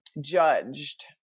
judged